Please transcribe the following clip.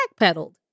backpedaled